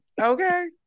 Okay